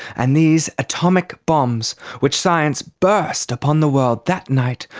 and these atomic bombs, which science burst upon the world that night,